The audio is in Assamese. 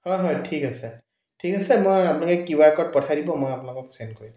হয় হয় ঠিক আছে ঠিক আছে মই আপুনি কিউ আৰ ক'ড পঠাই দিব মই আপোনালোকক ছেণ্ড কৰি দিম